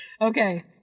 Okay